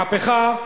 מהפכה,